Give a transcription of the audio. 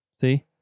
see